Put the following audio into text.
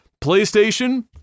PlayStation